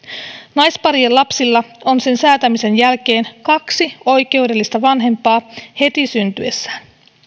naisparien lapsilla on sen säätämisen jälkeen kaksi oikeudellista vanhempaa heti syntyessään